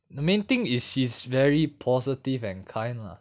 the main thing is she's very positive and kind lah